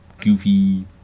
goofy